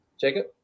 Jacob